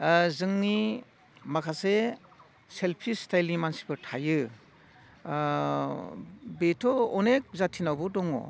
जोंनि माखासे सेलफिस स्टाइलनि मानसिफोर थायो बेथ' अनेख जाथिनावबो दङ